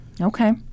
Okay